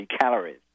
calories